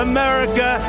America